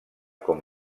com